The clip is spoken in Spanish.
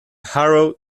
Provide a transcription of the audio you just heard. harrow